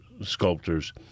sculptors